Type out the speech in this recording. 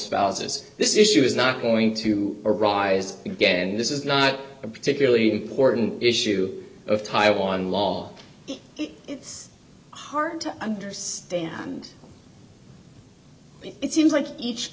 spouses this issue is not going to arise again this is not a particularly important issue of taiwan law it's hard to understand but it seems like each